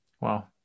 Wow